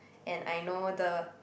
and I know the